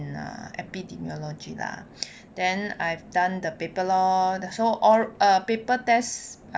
in epidemiology lah then I've done the paper lor so err paper test